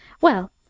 Well